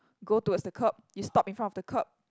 go towards the curb you stop in front of the curb